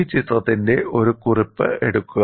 ഈ ചിത്രത്തിന്റെ ഒരു കുറിപ്പ് എടുക്കുക